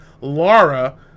Laura